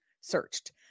searched